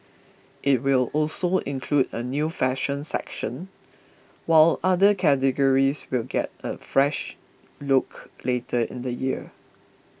it will also include a new fashion section while other categories will get a fresh look later in the year